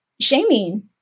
shaming